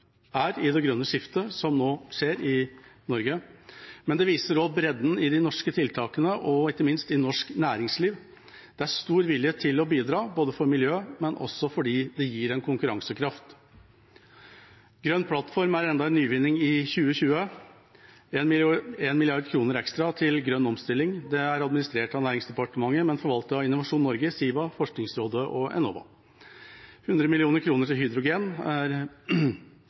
er i det grønne skiftet som nå skjer i Norge, men det viser også bredden i de norske tiltakene og ikke minst i norsk næringsliv. Det er stor vilje til å bidra, ikke bare for miljøet, men også fordi det gir en konkurransekraft. Grønn plattform er enda en nyvinning i 2020, med 1 mrd. kr ekstra til grønn omstilling. Det er administrert av Næringsdepartementet, men forvaltet av Innovasjon Norge, Siva, Forskningsrådet og Enova. 100 mill. kr til hydrogen er